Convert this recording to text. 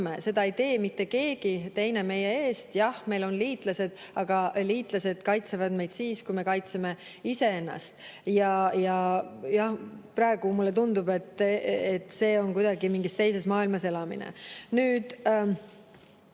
seda ei tee mitte keegi teine meie eest. Jah, meil on liitlased, aga liitlased kaitsevad meid siis, kui me ise ennast kaitseme. Praegu mulle tundub, et see on kuidagi mingis teises maailmas elamine. Nüüd,